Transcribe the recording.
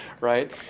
right